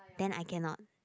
then I cannot